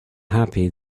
happy